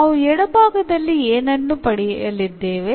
ನಾನು ಎಡಭಾಗದಲ್ಲಿ ಏನನ್ನು ಪಡೆಯಲಿದ್ದೇನೆ